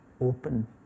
open